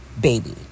baby